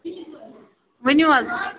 ؤنِو حظ